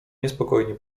niespokojnie